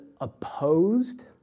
opposed